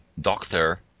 doctor